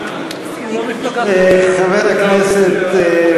חברי הכנסת,